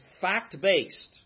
fact-based